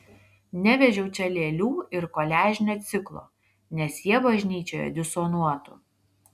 nevežiau čia lėlių ir koliažinio ciklo nes jie bažnyčioje disonuotų